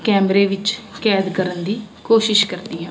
ਕੈਮਰੇ ਵਿੱਚ ਕੈਦ ਕਰਨ ਦੀ ਕੋਸ਼ਿਸ਼ ਕਰਦੀ ਹਾਂ